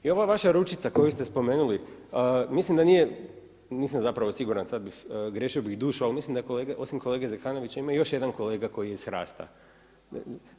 I ovaj vaša ručica koju ste spomenuli, mislim da nije, nisam zapravo siguran, sada bih, griješio bih dušu ali mislim da osim kolege Zekanovića ima još jedan kolega koji je iz HRAST-a.